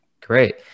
Great